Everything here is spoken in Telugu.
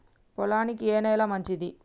పొలానికి ఏ నేల మంచిది?